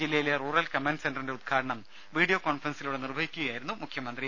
ജില്ലയിലെ rural command സെന്ററിന്റെ ഉദ്ഘാടനം വീഡിയോ കോൺഫറൻസിലൂടെ നിർവഹിക്കുകയായിരുന്നു അദ്ദേഹം